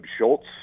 Schultz